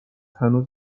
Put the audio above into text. هنوز